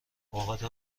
اوقات